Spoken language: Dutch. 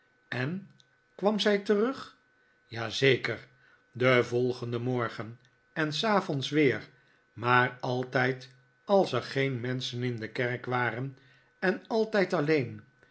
en kwam zij terug ja zeker den volgenden morgen en s avonds weer maar altijd als er geen menschen in de kerk waren en altijd alleen